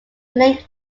link